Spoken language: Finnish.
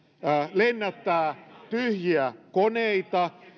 lennättää tyhjiä koneita